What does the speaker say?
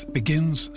begins